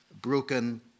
broken